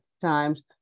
times